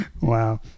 Wow